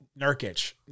Nurkic